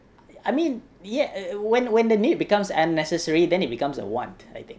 I mean yet when the need becomes unnecessary then it becomes a want I think